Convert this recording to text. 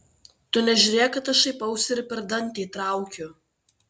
tu nežiūrėk kad aš šaipausi ir per dantį traukiu